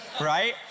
right